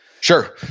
Sure